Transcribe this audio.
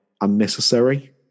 unnecessary